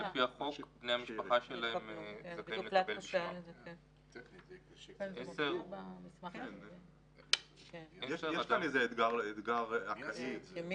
10. על אף האמור בתקנות אלה אדם לא יהיה זכאי לתעודת מערכה אם במשך